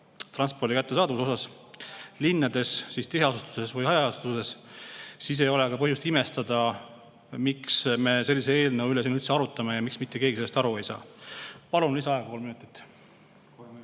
transpordi kättesaadavuses linnades ehk tiheasustuses ja hajaasustuses, siis ei ole ka põhjust imestada, miks me sellise eelnõu üle siin üldse arutame ja miks mitte keegi sellest aru ei saa. Palun lisaaega kolm minutit.